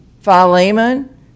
Philemon